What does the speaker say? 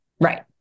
Right